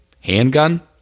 handgun